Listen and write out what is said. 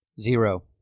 Zero